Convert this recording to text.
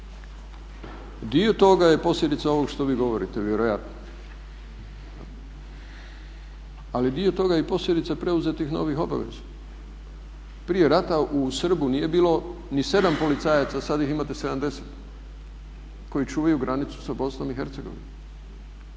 Dio toga je posljedica ovoga što vi govorite, vjerojatno. Ali dio toga je i posljedica preuzetih novih obaveza. Prije rata u Srbu nije bilo ni 7 policajaca sada ih imate 70 koji čuvaju granicu sa Bosnom i Hercegovinom.